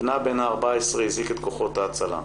בנה בן ה-14 הזעיק את כוחות ההצלה.